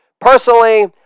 Personally